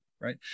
right